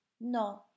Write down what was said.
no